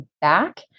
back